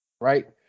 right